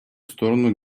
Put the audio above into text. сторону